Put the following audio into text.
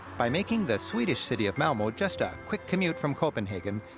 by making the swedish city of malmo just a quick commute from copenhagen,